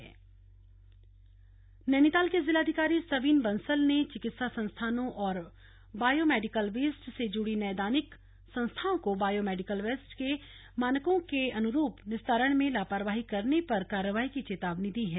DM चेतावनी नैनीताल के जिलाधिकारी सविन बंसल ने चिकित्सा संस्थानों और बायो मेडिकल वेस्ट से जुड़ी नैदानिक संस्थाओं को बायो मेडिकल वेस्ट के मानकों के अनुरूप निस्तारण में लापरवाही करने पर कार्रवाई की चेतावनी दी है